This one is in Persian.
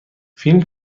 فیلم